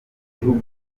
gihugu